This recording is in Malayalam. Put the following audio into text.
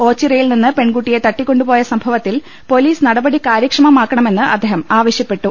ഓച്ചിറയിൽനിന്ന് പെൺകുട്ടിയെ തട്ടികൊ ണ്ടുപോയ സംഭവത്തിൽ പൊലീസ് നടപടി കാര്യക്ഷമമാക്കണമെന്ന് അദ്ദേഹം ആവശ്യപ്പെട്ടു